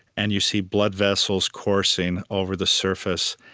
and you see blood vessels coursing over the surface.